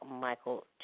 Michael